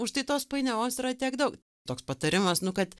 už tai tos painiavos yra tiek daug toks patarimas nu kad